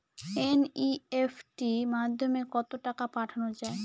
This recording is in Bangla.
এন.ই.এফ.টি মাধ্যমে কত টাকা পাঠানো যায়?